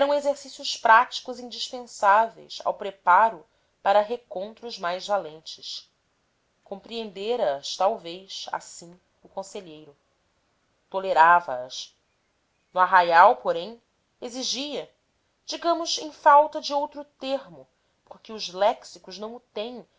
exercícios práticos indispensáveis ao preparo para recontros mais valentes compreendera as talvez assim o conselheiro tolerava as no arraial porém exigia digamos em falta de outro termo porque os léxicos não o têm